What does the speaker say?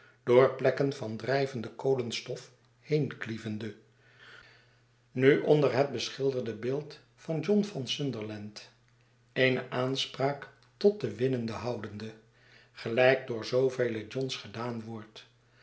door plekken van drijvende kolenstof heenklievende nu onder het beschilderde beeld van john van sunderland eene aanspraak tot de winden houdende gelijk door zoovele johns gedaan wordt